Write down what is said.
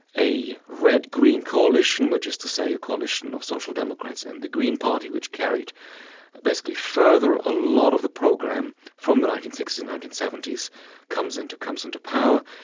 a red-green coalition, which is to say a coalition of social democrats and the green party which carried basically further a lot of the program from the nineteen sixty s and nineteen seventy s comes into comes into power.